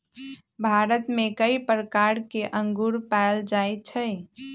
भारत में कई प्रकार के अंगूर पाएल जाई छई